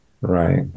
Right